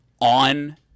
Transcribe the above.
on